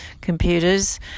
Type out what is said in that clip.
computers